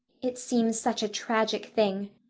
it seems such a tragic thing.